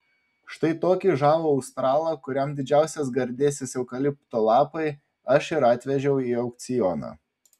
štai tokį žavų australą kuriam didžiausias gardėsis eukalipto lapai aš ir atvežiau į aukcioną